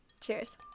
Cheers